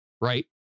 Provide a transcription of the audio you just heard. right